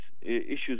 issues